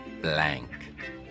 blank